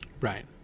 Right